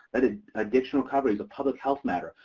that ah addiction recovery is a public health matter.